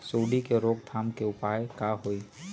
सूंडी के रोक थाम के उपाय का होई?